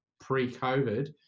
pre-COVID